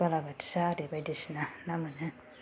बालाबाथिया आरि बायदिसिना ना मोनो